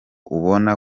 ubona